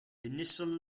initial